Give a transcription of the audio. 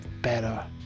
better